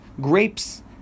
grapes